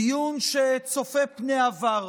דיון שצופה פני עבר.